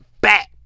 back